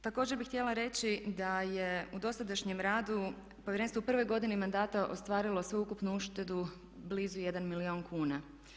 Također bih htjela reći da je u dosadašnjem radu Povjerenstvo u prvoj godini mandata ostvarilo sveukupnu uštedu blizu 1 milijuna kuna.